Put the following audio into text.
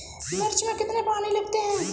मिर्च में कितने पानी लगते हैं?